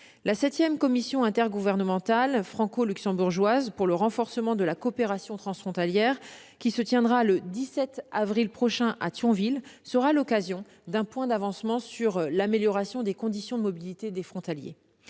commission intergouvernementale franco-luxembourgeoise pour le renforcement de la coopération transfrontalière, qui se tiendra le 17 avril prochain à Thionville, sera l'occasion d'un point d'avancement sur l'amélioration des conditions de mobilité des frontaliers.